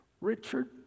Richard